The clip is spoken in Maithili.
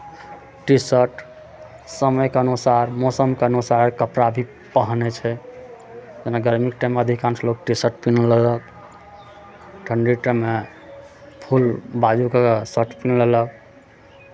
टी शर्ट समयके अनुसार मौसमके अनुसार कपड़ा भी पहनै छै जेना गर्मीके टाइममे अधिकांश लोक टी शर्ट पिन्ह लेलक ठण्ढा टाइममे फुल बाजूके शर्ट पिन्ह लेलक